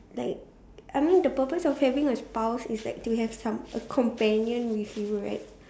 like I mean the purpose of having a spouse is like to have some a companion with you right